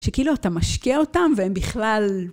שכאילו אתה משקיע אותם והם בכלל...